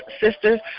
sisters